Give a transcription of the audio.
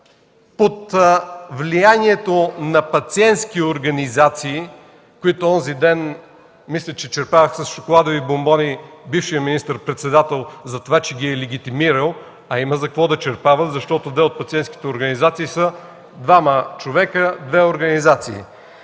под влиянието на пациентски организации, които онзи ден мисля, че черпеха с шоколадови бонбони бившия министър-председател за това, че ги е легитимирал, а има за какво да черпят, защото две от пациентските организации са двама човека – две организации,